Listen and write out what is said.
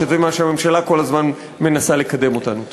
שזה מה שהממשלה כל הזמן מנסה לקדם אותנו אליו.